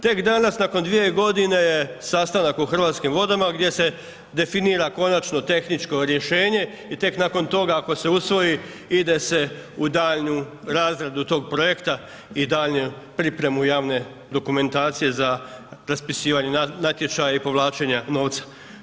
Tek danas nakon 2 godine je sastanak u Hrvatskim vodama gdje se definira konačno tehničko rješenje i tek nakon toga ako se usvoji ide se u daljnju razradu tog projekta i daljnju pripremu javne dokumentacije za raspisivanje natječaja i povlačenja novca.